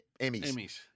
Emmys